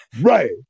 Right